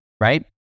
right